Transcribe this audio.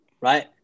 right